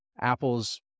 Apple's